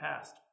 past